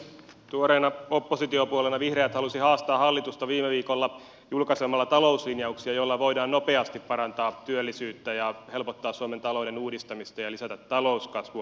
tuoreena oppositiopuolueena vihreät halusi haastaa hallitusta viime viikolla julkaisemalla talouslinjauksia joilla voidaan nopeasti parantaa työllisyyttä ja helpottaa suomen talouden uudistamista ja lisätä talouskasvua